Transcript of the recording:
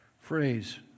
phrase